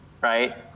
Right